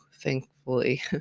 thankfully